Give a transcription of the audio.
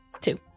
Two